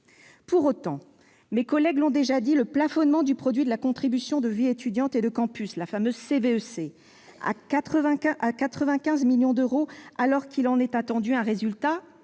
d'achat des étudiants. Pour autant, le plafonnement du produit de la contribution vie étudiante et de campus, la fameuse CVEC, à 95 millions d'euros, alors qu'il en est attendu un résultat-